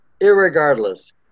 Irregardless